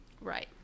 right